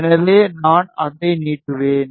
எனவே நான் அதை நீட்டுவேன்